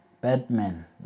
Batman